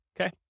okay